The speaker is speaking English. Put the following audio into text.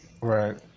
Right